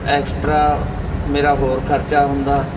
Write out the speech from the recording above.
extra ਮੇਰਾ ਹੋਰ ਖਰਚਾ ਹੁੰਦਾ